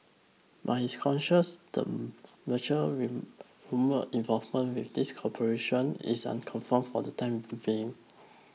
but the Venture's rumoured involvement with these corporations is unconfirmed for the time being